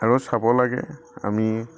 আৰু চাব লাগে আমি